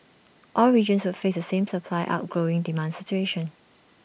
all regions would face the same supply outgrowing demand situation